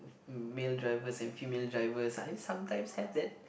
male drivers and females drivers I sometimes have that